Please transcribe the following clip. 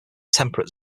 temperate